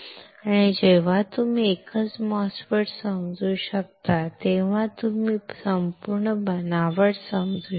आणि जेव्हा तुम्ही एकच MOSFET समजू शकता तेव्हा तुम्ही संपूर्ण बनावट समजू शकता